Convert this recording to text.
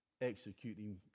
executing